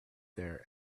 there